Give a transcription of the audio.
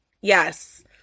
Yes